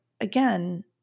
again